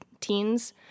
teens